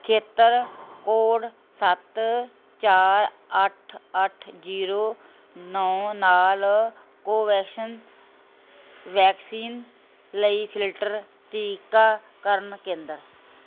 ਖੇਤਰ ਕੋਡ ਸੱਤ ਚਾਰ ਅੱਠ ਅੱਠ ਜੀਰੋ ਨੌ ਨਾਲ ਕੋਵੈਕਸਿਨ ਵੈਕਸੀਨ ਲਈ ਫਿਲਟਰ ਟੀਕਾਕਰਨ ਕੇਂਦਰ